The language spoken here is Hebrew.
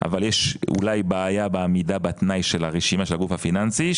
אבל יש אולי בעיה בעמידה בתנאי של הרשימה של הגוף הפיננסי,